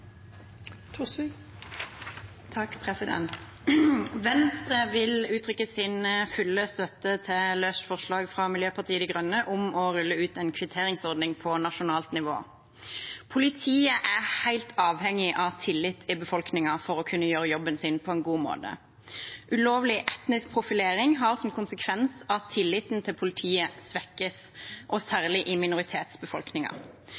Venstre vil uttrykke sin fulle støtte til forslaget fra Miljøpartiet De Grønne om å rulle ut en kvitteringsordning på nasjonalt nivå. Politiet er helt avhengig av tillit i befolkningen for å kunne gjøre jobben sin på en god måte. Ulovlig etnisk profilering har som konsekvens at tilliten til politiet